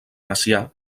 macià